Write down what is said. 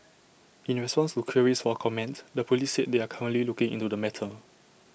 in response to queries for comment the Police said they are currently looking into the matter